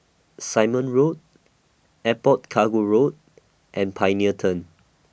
Simon Road Airport Cargo Road and Pioneer Turn